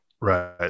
right